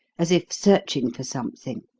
as if searching for something,